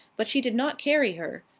but she did not carry her,